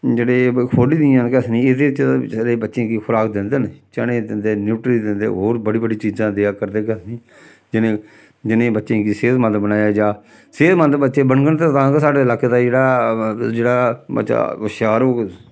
जेह्ड़े खोह्ल्ली दियां न केह् आखदे नी एह्दे च बचारे बच्चें गी खुराक दिंदे न चने दिंदे न्यूट्री दिंदे होर बड़ी बड़ी चीजां देआ करदे केह् आखदे नी जि'नें जि'नें बच्चें गी सेह्तमंद बनाया जाऽ सेह्तमंद बच्चे बनङन ते तां गै साढ़े लाके दा जेह्ड़ा जेह्ड़ा बच्चा होश्यार होग